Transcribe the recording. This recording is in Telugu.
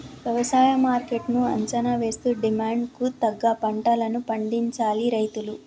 వ్యవసాయ మార్కెట్ ను అంచనా వేస్తూ డిమాండ్ కు తగ్గ పంటలను పండించాలి రైతులు